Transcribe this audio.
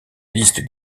liste